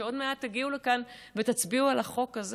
שעוד מעט תגיעו לכאן ותצביעו על החוק הזה